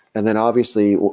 and then obviously,